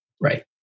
Right